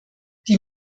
die